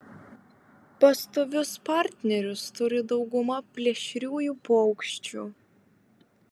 pastovius partnerius turi dauguma plėšriųjų paukščių